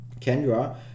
Kendra